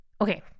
Okay